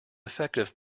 effective